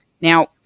Now